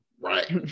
right